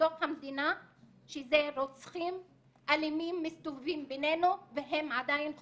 בתוך המדינה שזה רוצחים אלימים מסתובבים בינינו והם עדיין חופשיים.